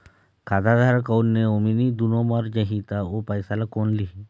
खाता धारक अऊ नोमिनि दुनों मर जाही ता ओ पैसा ला कोन लिही?